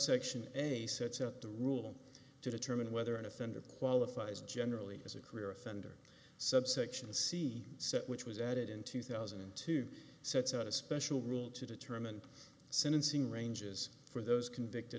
section a sets up the rule to determine whether an offender qualifies generally as a career offender subsection c set which was added in two thousand and two sets out a special rule to determine sentencing ranges for those convicted